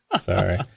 Sorry